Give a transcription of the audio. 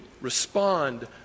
respond